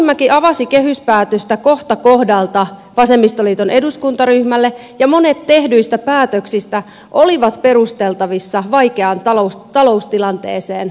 arhinmäki avasi kehyspäätöstä kohta kohdalta vasemmistoliiton eduskuntaryhmälle ja monet tehdyistä päätöksistä olivat perusteltavissa vaikeaan taloustilanteeseen vedoten